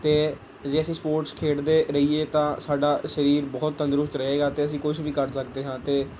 ਅਤੇ ਜੇ ਅਸੀਂ ਸਪੋਟਸ ਖੇਡਦੇ ਰਹੀਏ ਤਾਂ ਸਾਡਾ ਸਰੀਰ ਬਹੁਤ ਤੰਦਰੁਸਤ ਰਹੇਗਾ ਅਤੇ ਅਸੀਂ ਕੁਛ ਵੀ ਕਰ ਸਕਦੇ ਹਾਂ ਅਤੇ